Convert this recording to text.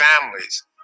families